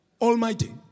Almighty